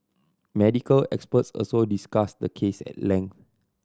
medical experts also discussed the case at length